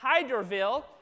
Hyderville